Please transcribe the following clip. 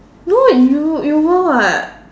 no you you were what